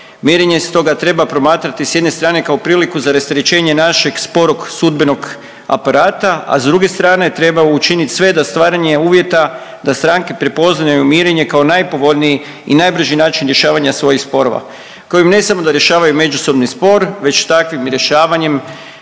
Mirenje stoga treba promatrati s jedne strane kao priliku za rasterećenje našeg sporog sudbenog aparata, a s druge strane treba učiniti sve da stvaranje uvjeta da stranke prepoznaju mirenje kao najpovoljniji i najbrži način rješavanja svojih sporova kojim ne samo da rješavaju međusobni spor, već takvim rješavanjem